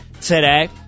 today